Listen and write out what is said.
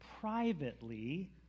privately